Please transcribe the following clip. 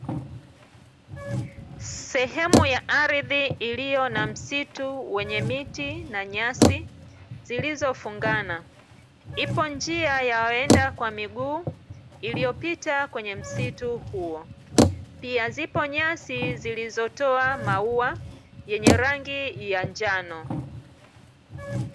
Sehemu ya ardhi iliyo na msitu wenye miti na nyasi zilizofungana. Ipo njia ya waenda kwa miguu iliyopita kwenye msitu huo. Pia zipo nyasi zilizotoa maua yenye rangi ya njano.